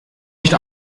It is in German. nicht